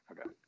Okay